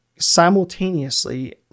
simultaneously